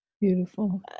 beautiful